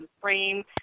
frame